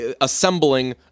assembling